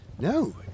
No